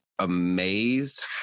amazed